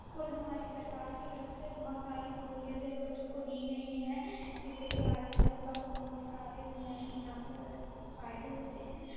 خود ہماری سرکار کی طرف سے بہت ساری سہولتیں بچوں کو دی گئی ہیں جس سے کہ عالمی طالبہ کو بہت سارے فائدے ہوتے ہیں